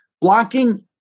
blocking